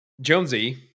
Jonesy